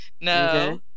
No